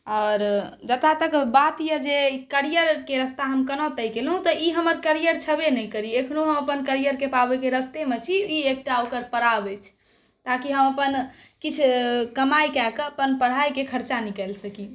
आओर जतऽ तक बात अइ जे ई करियरके रास्ता हम कोना तय केलहुँ तऽ ई हमर करियर छेबे नहि करी एखनो हम अपन करियरके पाबैके रस्तेमे छी ई ओकर एकटा पड़ाव अछि ताकि हम अपन किछु कमाइ कऽ कऽ अपन पढ़ाइके खरचा निकालि सकी